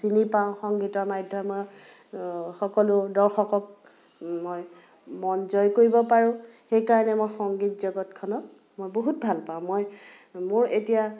চিনি পাওঁ সংগীতৰ মাধ্যমেৰে সকলো দৰ্শকক মই মন জয় কৰিব পাৰোঁ সেইকাৰণে মই সংগীত জগতখনক মই বহুত ভাল পাওঁ মই মোৰ এতিয়া